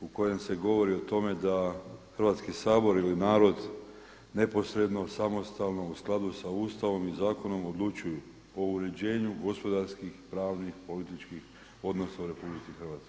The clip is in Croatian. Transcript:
u kojem se govori o tome da Hrvatski sabor ili narod neposredno, samostalno u skladu sa Ustavom i zakonom odlučuju o uređenju gospodarskih, pravnih, političkih, odnosa u RH.